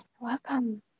Welcome